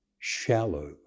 shallow